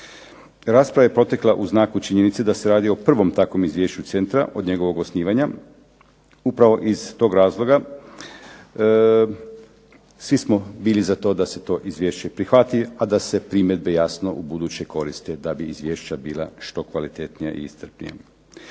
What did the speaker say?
Rasprava je protekla u znaku činjenice da se radi o prvom takvom izvješću centra od njegovog osnivanja. Upravo iz tog razloga svi smo bili za to da se to izvješće prihvati a da se primjedbe jasno u buduće koriste da bi izvješća bila što kvalitetnija i iscrpnija.